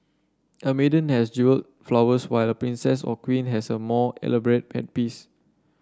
a maiden has jewelled flowers while a princess or queen has a more elaborate headpiece